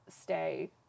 stay